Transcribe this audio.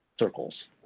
circles